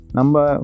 number